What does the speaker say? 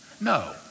No